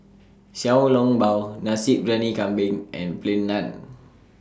Xiao Long Bao Nasi Briyani Kambing and Plain Naan